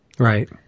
right